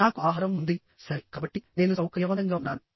నాకు ఆహారం ఉంది సరే కాబట్టి నేను సౌకర్యవంతంగా ఉన్నాను